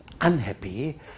unhappy